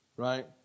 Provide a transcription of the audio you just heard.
Right